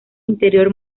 interior